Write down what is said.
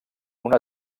una